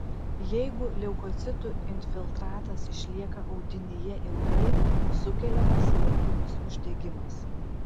jeigu leukocitų infiltratas išlieka audinyje ilgai sukeliamas lėtinis uždegimas